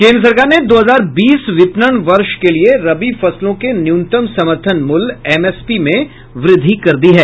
केन्द्र सरकार ने दो हजार बीस विपणन वर्ष के लिए रबी फसलों के न्यूनतम समर्थन मूल्य एमएसपी में वृद्धि कर दी है